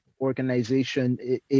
organization